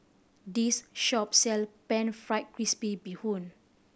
this shop sell Pan Fried Crispy Bee Hoon